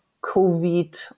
covid